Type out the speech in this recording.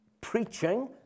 preaching